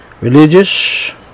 Religious